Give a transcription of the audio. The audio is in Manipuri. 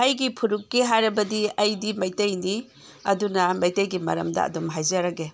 ꯑꯩꯒꯤ ꯐꯨꯔꯨꯞꯀꯤ ꯍꯥꯏꯔꯕꯗꯤ ꯑꯩꯗꯤ ꯃꯩꯇꯩꯅꯤ ꯑꯗꯨꯅ ꯃꯩꯇꯩꯒꯤ ꯃꯔꯃꯗ ꯑꯗꯨꯝ ꯍꯥꯏꯖꯔꯒꯦ